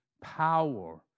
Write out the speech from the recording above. power